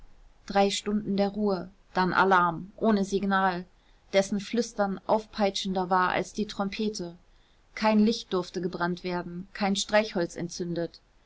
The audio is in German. drei stunden der ruhe dann alarm ohne signal dessen flüstern aufpeitschender war als die trompete kein licht durfte gebrannt werden kein streichholz entzündet